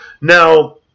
Now